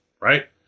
Right